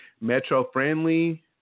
metro-friendly